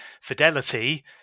fidelity